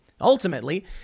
ultimately